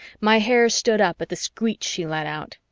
my hair stood up at the screech she let out.